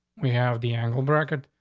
we have the angle bracket.